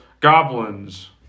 goblins